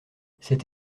cette